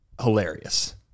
Hilarious